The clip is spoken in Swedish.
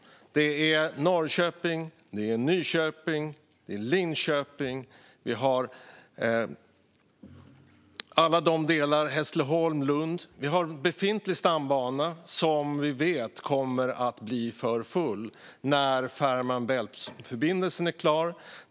Det är Norrköping, Nyköping och Linköping. Det är alla de delarna. Det är Hässleholm och Lund. Vi har en befintlig stambana som vi vet kommer att bli för full när Fehmarn Bält-förbindelsen är klar.